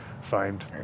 find